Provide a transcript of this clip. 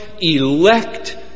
elect